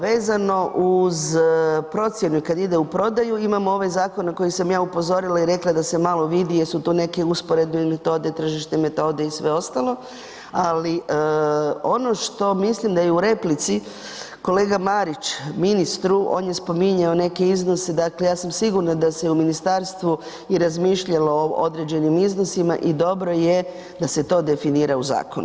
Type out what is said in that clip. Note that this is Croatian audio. Vezano uz procjenu kad ide u prodaju, imamo ovaj zakon na koji sam ja upozorila i rekla da se malo vidi jesu to neke usporedbe ili to, te tržišne metode i sve ostalo, ali ono što mislim da je i u replici, kolega Marić ministru, on je spominjao neke iznose, dakle ja sam sigurna da se i u ministarstvu i razmišljalo o određenim iznosima i dobro je da se to definira u zakonu.